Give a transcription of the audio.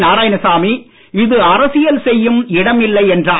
நாராயணசாமி இது அரசியல் செய்யும் இடமில்லை என்றார்